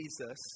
Jesus